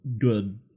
good